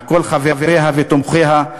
על כל חבריה ותומכיה,